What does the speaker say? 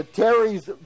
terry's